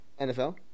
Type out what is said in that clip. NFL